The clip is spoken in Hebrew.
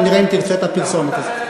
ונראה אם תרצה את הפרסומת הזאת.